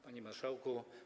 Panie Marszałku!